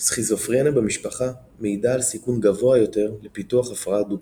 סכיזופרניה במשפחה מעידה על סיכון גבוה יותר לפיתוח הפרעה דו-קוטבית.